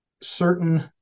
certain